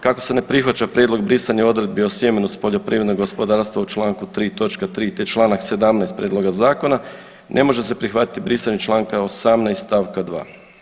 Kako se ne prihvaća prijedlog brisanja odredbi o sjemenu s poljoprivrednog gospodarstva u Članku 3. točka 3., te Članak 17. prijedloga zakona, ne može se prihvatiti brisanje Članka 18. stavka 2.